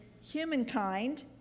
humankind